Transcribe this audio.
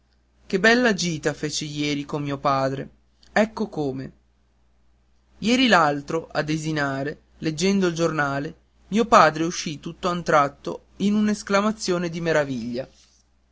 che bella gita feci ieri con mio padre ecco come ieri l'altro a desinare leggendo il giornale mio padre uscì tutt'a un tratto in una esclamazione di meraviglia